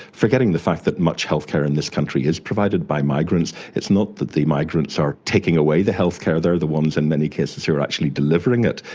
forgetting the fact that much healthcare in this country is provided by migrants, it's not that the migrants are taking away the healthcare, they are the ones in many cases who are actually delivering it.